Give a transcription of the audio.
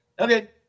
Okay